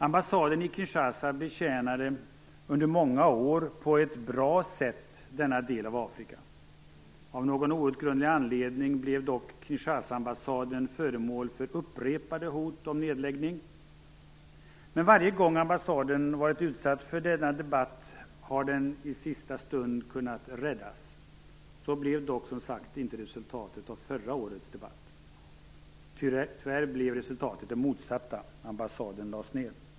Ambassaden i Kinshasa betjänade under många år på ett bra sätt denna del av Afrika. Av någon outgrundlig anledning blev dock Kinshasaambassaden föremål för upprepade hot om nedläggning. Men varje gång ambassaden varit utsatt för denna debatt har den i sista stund kunnat räddas. Så blev dock som sagt inte resultatet av förra årets debatt. Tyvärr blev resultatet det motsatta. Ambassaden lades ned.